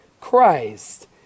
Christ